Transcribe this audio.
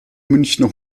münchener